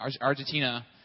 Argentina